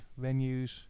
venues